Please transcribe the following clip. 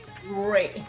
Great